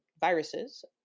viruses